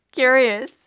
curious